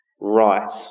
right